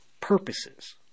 purposes